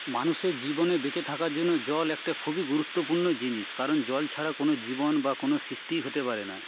মানুষের জীবনে বেঁচে থাকার জন্য জল একটা খুবই গুরুত্বপূর্ণ জিনিস কারণ জল ছাড়া কোনো জীবন বা কোনো সৃষ্টিই হতে পারে না